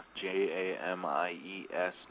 J-A-M-I-E-S